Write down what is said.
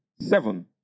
seven